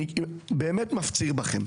אני באמת מפציר בכם,